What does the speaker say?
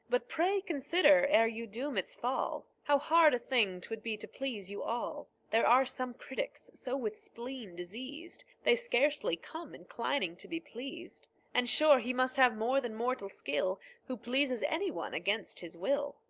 but pray consider, e'er you doom its fall, how hard a thing twould be to please you all. there are some critics so with spleen diseased, they scarcely come inclining to be pleased and sure he must have more than mortal skill who pleases anyone against his will.